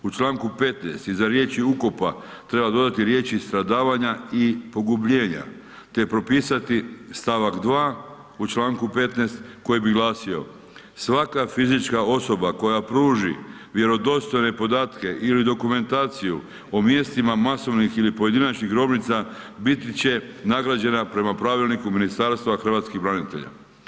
U čl. 15. iza riječi ukopa, treba dodati riječi, stradavanja i pogubljenja, te propisati st. 2 u čl. 15. koji bi glasio, svaka fizička osoba koja pruži vjerodostojne podatke ili dokumentaciju o mjestima masovnih ili pojedinačnih grobnica biti će nagrađena prema Pravilniku Ministarstva hrvatskih branitelja.